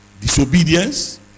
disobedience